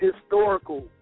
historical